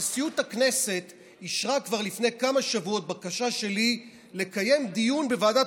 נשיאות הכנסת אישרה כבר לפני כמה שבועות בקשה שלי לקיים דיון בוועדת